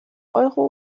euro